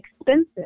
expensive